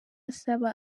asaba